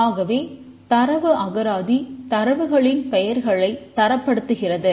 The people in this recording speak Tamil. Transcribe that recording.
ஆகவே தரவு அகராதி தரவுகளின் பெயர்களை தரப்படுத்துகிறது